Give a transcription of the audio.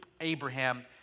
Abraham